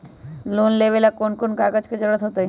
Loan लेवेला कौन कौन कागज के जरूरत होतई?